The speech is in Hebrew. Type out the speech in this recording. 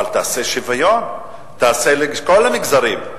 אבל תעשה שוויון, תיתן לכל המגזרים,